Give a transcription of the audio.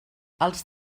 als